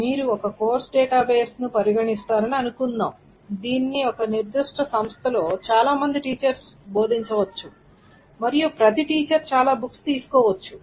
మీరు ఒక course database ను పరిగణిస్తారని అనుకుందాం దీనిని ఒక నిర్దిష్ట సంస్థలో చాలా మంది టీచర్స్ బోధించవచ్చు మరియు ప్రతి టీచర్ చాలా బుక్స్ తీసుకోవచ్చు